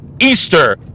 Easter